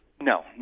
No